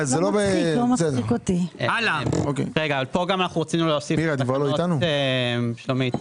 שלומית,